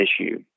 issue